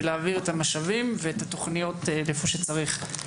ולהעביר את המשאבים ואת התוכניות לאיפה שצריך.